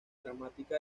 dramática